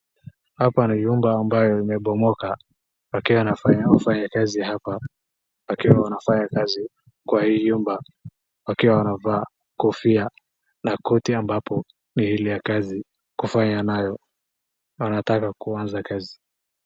Hapa ni nyumba ambaye imebomoka wakiwa wafanyakazi hapa wakiwa wanafanya kazi kwa hii nyumba wakiwa wanavaa kofia na koti ambapo ni ile ya kazi kufanya nayo, wanataka kuanza kazi.